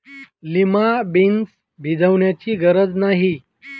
lima beans भिजवण्याची गरज नाही